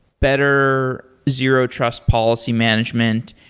better zero-trust policy management.